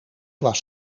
was